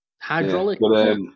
Hydraulic